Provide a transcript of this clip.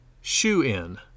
shoe-in